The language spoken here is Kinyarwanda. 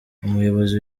umuyobozi